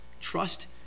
trust